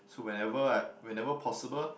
so whenever I whenever possible